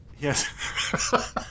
yes